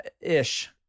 Ish